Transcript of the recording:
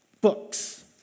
books